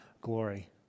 glory